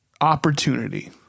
opportunity